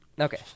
Okay